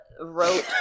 wrote